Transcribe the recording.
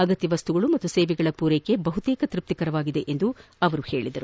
ಅಗತ್ಯ ವಸ್ತುಗಳು ಮತ್ತು ಸೇವೆಗಳ ಮೂರೈಕೆ ಬಹುತೇಕ ತೃಪ್ತಿಕರವಾಗಿದೆ ಎಂದು ಅವರು ತಿಳಿಸಿದರು